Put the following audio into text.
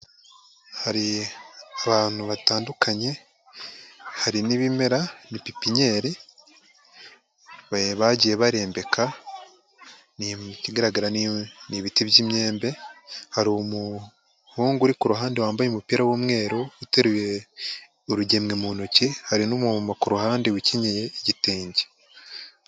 Hari abantu batandukanye, hari n'ibimera. Ni pipinyeri bagiye barembeka, ikigaragara ni ibiti by'imyembe hari umuhungu uri ku ruhande wambaye umupira w'umweru, uteruye urugemwe mu ntoki, hari n'umumama ku ruhande ukenyeye igitenge.